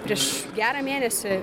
prieš gerą mėnesį